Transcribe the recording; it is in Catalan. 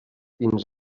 fins